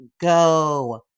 go